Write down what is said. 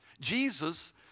Jesus